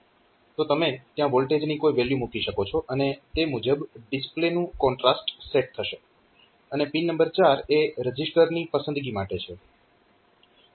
તો તમે ત્યાં વોલ્ટેજની કોઈ વેલ્યુ મૂકી શકો છો અને તે મુજબ ડિસ્પ્લે નું કોન્ટ્રાસ્ટ સેટ થશે અને પિન નંબર 4 એ રજીસ્ટર ની પસંદગી માટે છે